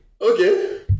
Okay